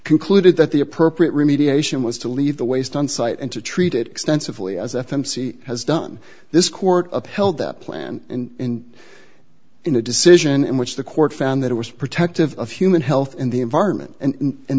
concluded that the appropriate remediation was to leave the waste on site and to treat it extensively as f m c has done this court upheld that plan in in a decision in which the court found that it was protective of human health in the environment and